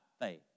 faith